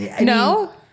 No